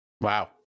wow